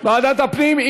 ועדת הפנים.